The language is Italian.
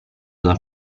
dal